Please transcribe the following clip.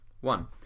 One